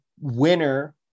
winner